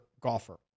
golfer